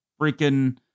freaking